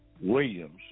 Williams